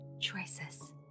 choices